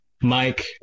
Mike